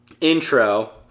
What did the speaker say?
intro